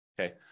Okay